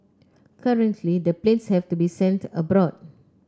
currently the planes have to be sent abroad